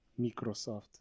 Microsoft